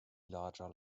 larger